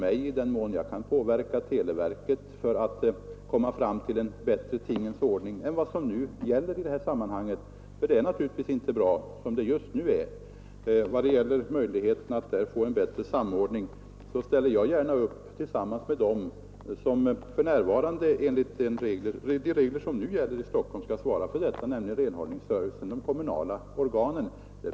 I den mån jag kan påverka televerket att komma fram till en bättre tingens ordning i detta sammanhang — det är naturligtvis inte bra som det just nu är — och få en samordning, ställer jag gärna upp tillsammans med dem som för närvarande enligt de regler som nu gäller i Stockholm skall svara för omhändertagandet, nämligen de kommunala organen för renhållningen.